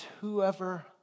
whoever